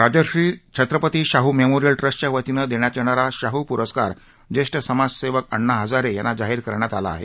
Rajarshi Chhatrapati Shahu memorial ट्रस्टच्या वतीनं देण्यात येणारा शाहू पुरस्कार ज्येष्ठ समाजसेवक अण्णा हजारे यांना जाहीर करण्यात आला आहे